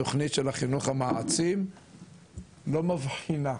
התוכנית של החינוך המעצים לא מבחינה,